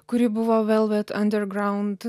kuri buvo velvet andergraunt